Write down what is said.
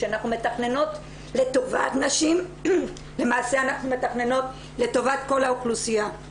כשאנחנו מתכננות לטובת נשים למעשה אנחנו מתכננות לטובת כל האוכלוסייה.